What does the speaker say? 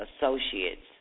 associates